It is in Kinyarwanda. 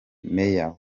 meya